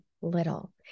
little